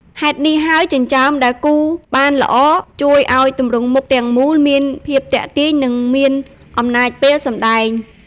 ហេតុនេះហើយ ចិញ្ចើមដែលគូរបានល្អ ជួយឲ្យទម្រង់មុខទាំងមូលមានភាពទាក់ទាញ និងមានអំណាចពេលសម្ដែង។